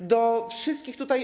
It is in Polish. To do wszystkich tutaj.